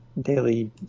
daily